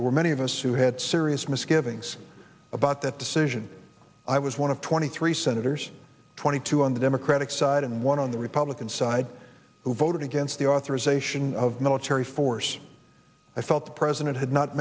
there were many of us who had serious misgivings about that decision i was one of twenty three senators twenty two on the democratic side and one on the republican side who voted against the authorization of military force i felt the president had not